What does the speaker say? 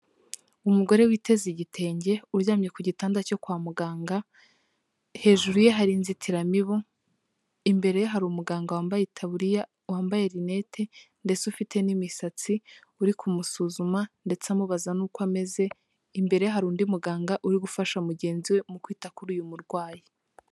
Umugore witeze igitenge uryamye ku gitanda cyo kwa muganga, hejuru ye hari inzitiramibu imbere hari umuganga wambaye itaburiya wambaye lunette ndetse ufite n'imisatsi uri kumusuzuma ndetse amubaza n'uko ameze, imbere hari undi muganga uri gufasha mugenzi we mu kwita kuri uyu murwayi.